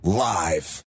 live